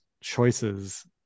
choices